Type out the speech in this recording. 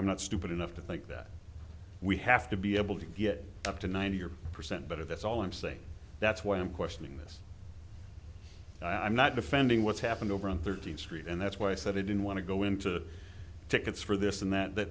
i'm not stupid enough to think that we have to be able to get up to ninety or percent but if that's all i'm saying that's why i'm questioning this i'm not defending what's happened over on thirteenth street and that's why i said i didn't want to go into the tickets for this and that that